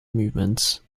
movements